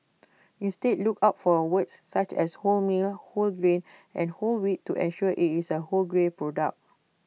instead look out for words such as wholemeal whole grain and whole wheat to ensure IT is A wholegrain product